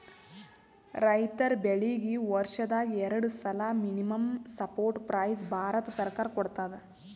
ರೈತರ್ ಬೆಳೀಗಿ ವರ್ಷದಾಗ್ ಎರಡು ಸಲಾ ಮಿನಿಮಂ ಸಪೋರ್ಟ್ ಪ್ರೈಸ್ ಭಾರತ ಸರ್ಕಾರ ಕೊಡ್ತದ